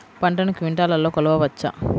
పంటను క్వింటాల్లలో కొలవచ్చా?